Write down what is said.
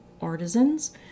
artisans